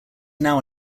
now